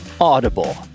Audible